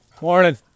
morning